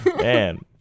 Man